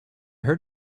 heard